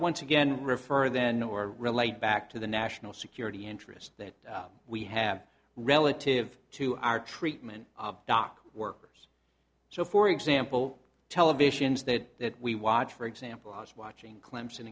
once again refer then or relate back to the national security interests that we have relative to our treatment of dock workers so for example televisions that we watch for example i was watching clemson